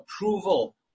approval